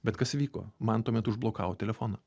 bet kas įvyko man tuomet užblokavo telefoną